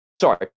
sorry